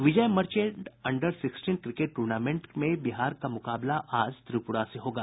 विजय Merchant under sixteen cricket tournament में बिहार का मुकाबला आज त्रिप्रा से होगा